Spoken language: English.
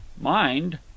Mind